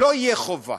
לא תהיה חובה.